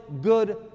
good